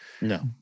No